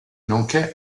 nonché